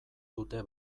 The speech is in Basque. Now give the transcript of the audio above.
dute